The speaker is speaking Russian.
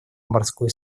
морской